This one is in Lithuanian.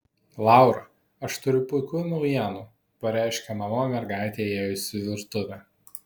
laura aš turiu puikių naujienų pareiškė mama mergaitei įėjus į virtuvę